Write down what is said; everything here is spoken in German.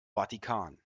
vatikan